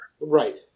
right